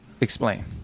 Explain